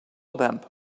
lamb